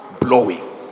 Blowing